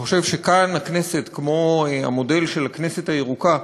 אני חושב שכאן, הכנסת, כמו המודל של "כנסת ירוקה",